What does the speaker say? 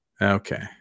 Okay